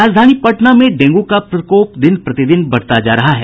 राजधानी पटना में डेंगू का प्रकोप दिन प्रतिदिन बढ़ता जा रहा है